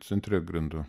centre grindų